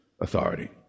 authority